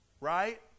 right